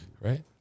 right